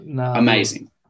amazing